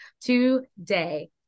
today